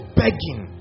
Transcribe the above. begging